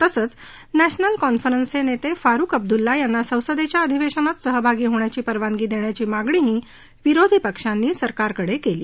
तसंच नध्मिल कॉन्फरन्सचे नेते फारूख अब्दुल्ला यांना संसदेच्या अधिवेशनात सहभागी होण्याची परवानगी देण्याची मागणीही विरोधी पक्षांनी सरकारकडे केली